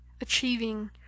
achieving